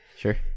Sure